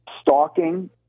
stalking